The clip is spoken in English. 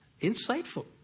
Insightful